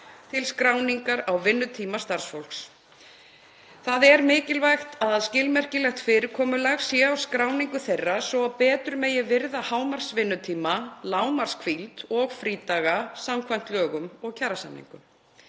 til skráningar á vinnutíma starfsfólks. Það er mikilvægt að skilmerkilegt fyrirkomulag sé á þeirri skráningu svo að betur megi virða hámarksvinnutíma, lágmarkshvíld og frídaga samkvæmt lögum og kjarasamningum.